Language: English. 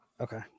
Okay